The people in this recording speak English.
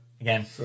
again